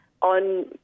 On